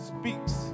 speaks